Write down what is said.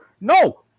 no